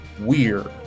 weird